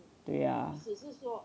对呀